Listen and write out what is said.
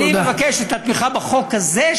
אני מבקש את התמיכה בחוק הזה,